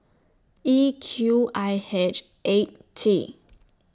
E Q I H eight T